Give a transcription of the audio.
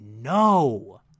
No